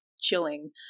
chilling